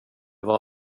vad